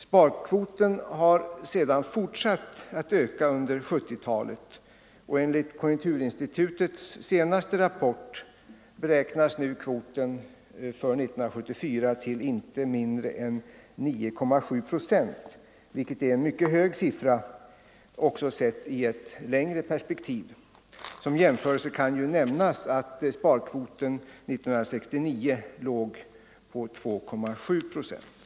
Sparkvoten har sedan fortsatt att öka under 1970-talet, och enligt konjunkturinstitutets senaste rapport beräknas nu kvoten för 1974 till inte mindre än 9,7 procent, vilket är en mycket hög sparkvot sett också i ett längre perspektiv. Som jämförelse kan nämnas att sparkvoten 1969 Nr 125 var 2,7 procent.